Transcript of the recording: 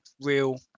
real